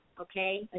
Okay